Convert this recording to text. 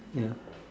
ya